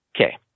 Okay